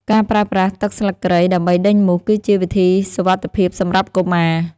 ការប្រើប្រាស់ទឹកស្លឹកគ្រៃដើម្បីដេញមូស គឺជាវិធីសុវត្ថិភាពសម្រាប់កុមារ។